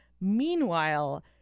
Meanwhile